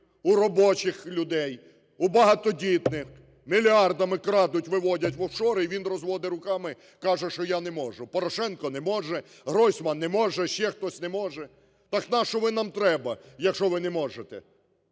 у робочих людей, у багатодітних? Мільярдами крадуть, виводять в офшори. І він розводить руками, каже, що "я не можу". Порошенко не може, Гройсман не може, ще хтось не може. Так нащо ви нам треба, якщо ви не можете?